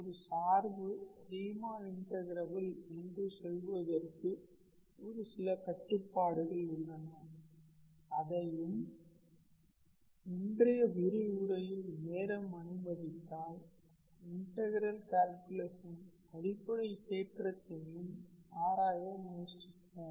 ஒரு சார்பு Riemann integrable என்று சொல்வதற்கு ஒரு சில கட்டுப்பாடுகள் உள்ளன அதையும் இன்றைய விரிவுரையில் நேரம் அனுமதித்தால் இன்டகரல் கால்குலஸின் அடிப்படை தேற்றத்தையும் ஆராய முயற்சிப்போம்